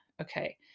Okay